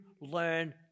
learn